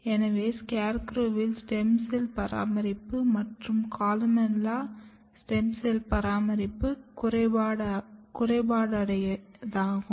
எனவே SCARECROW வில் stem cell பராமரிப்பு மற்றும் கொலுமெல்லா ஸ்டெம் செல் பராமரிப்பு குறைபாடுடையதாகும்